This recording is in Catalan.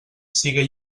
sigui